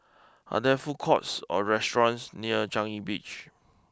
are there food courts or restaurants near Changi Beach